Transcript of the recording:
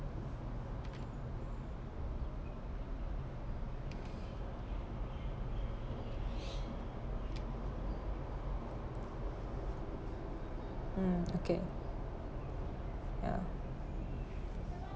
um okay ya